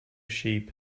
sheep